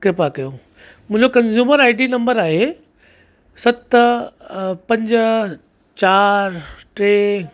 कृपा कयो मुंहिंजो कंज़्यूमर आई डी नम्बर आहे सत पंज चार टे